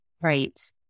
Right